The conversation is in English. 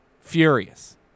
Furious